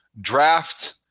draft